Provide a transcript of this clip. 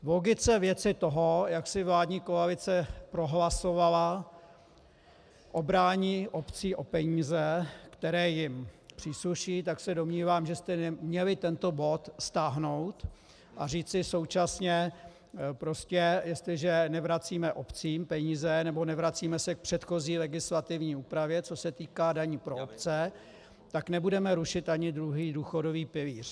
V logice věci, toho, jak si vládní koalice prohlasovala obrání obcí o peníze, které jim příslušejí, tak se domnívám, že jste měli tento bod stáhnout a říci současně: jestliže nevracíme obcím peníze nebo nevracíme se k předchozí legislativní úpravě, co se týká daní pro obce, tak nebudeme rušit ani druhý důchodový pilíř.